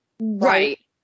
Right